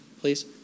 please